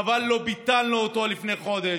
חבל שלא ביטלנו אותו לפני חודש,